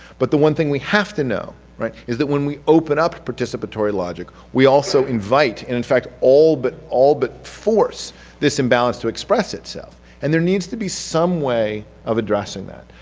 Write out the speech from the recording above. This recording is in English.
but the one thing we have to know is that when we open up participatory logic, we also invite and in fact all but all but force this imbalance to express itself and there needs to be some way of addressing that.